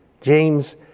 James